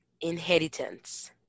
Inheritance